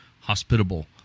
hospitable